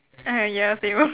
okay ya same ah